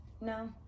No